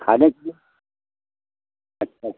खाने के लिए अच्छा